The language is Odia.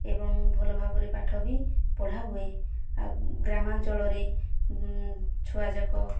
ଏବଂ ଭଲ ଭାବରେ ପାଠ ବି ପଢ଼ା ହୁଏ ଆଉ ଗ୍ରାମାଞ୍ଚଳରେ ଛୁଆଯାକ